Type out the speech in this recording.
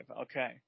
Okay